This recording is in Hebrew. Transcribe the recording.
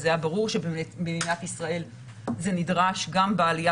וזה היה ברור שבמדינת ישראל זה נידרש גם בעלייה